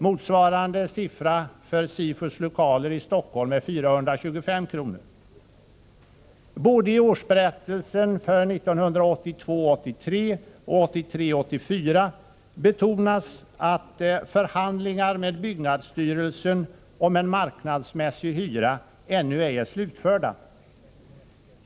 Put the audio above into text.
Motsvarande siffra för SIFU:s lokaler i Stockholm är 425 kr. Tårsberättelserna både för 1982 84 betonas att förhandlingarna med byggnadsstyrelsen om en marknadsmässig hyra ännu ej är slutförda.